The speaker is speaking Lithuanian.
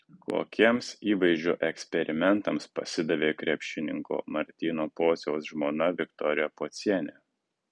kokiems įvaizdžio eksperimentams pasidavė krepšininko martyno pociaus žmona viktorija pocienė